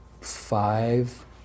five